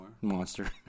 Monster